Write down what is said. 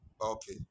Okay